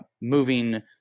moving –